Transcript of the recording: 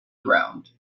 ground